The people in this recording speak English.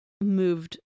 moved